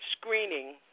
screening